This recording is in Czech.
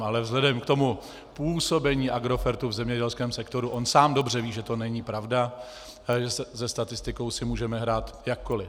Ale vzhledem k působení Agrofertu v zemědělském sektoru, on sám dobře ví, že to není pravda a že se statistikou si můžeme hrát jakkoli.